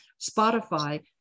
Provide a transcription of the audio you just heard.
Spotify